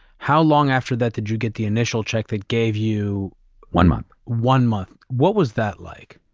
how long after that did you get the initial check that gave you one month. one month. what was that like?